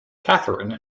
catherine